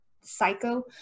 psycho